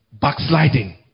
backsliding